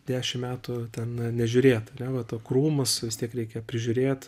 dešim metų ten nežiūrėt ane vat o krūmus vis tiek reikia prižiūrėt